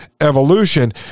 evolution